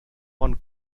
bon